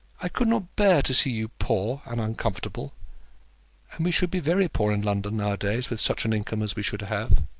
i could not bear to see you poor and uncomfortable and we should be very poor in london now-a-days with such an income as we should have.